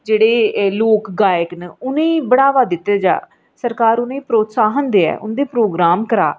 जह्ड़े लोक गायक न उ'नैं गी बढावा दित्ता जा सरकार उ'नें गी प्रोत्साहन देऐ उं'दे प्रोग्राम करा